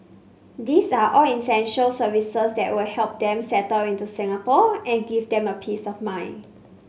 these are all essential services that will help them settle into Singapore and give them a peace of mind